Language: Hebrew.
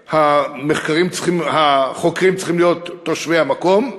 והם: החוקרים צריכים להיות תושבי המקום,